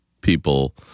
people